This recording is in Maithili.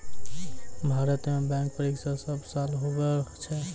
भारत मे बैंक परीक्षा सब साल हुवै छै